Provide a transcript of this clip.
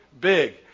big